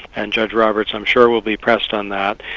and judge roberts i'm sure will be pressed on that.